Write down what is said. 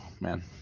Man